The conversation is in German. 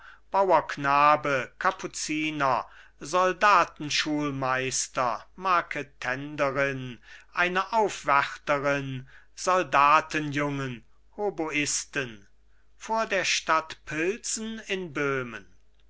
bauerknabe kapuziner soldatenschulmeister marketenderin eine aufwärterin soldatenjungen hoboisten vor der stadt pilsen in böhmen